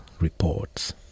reports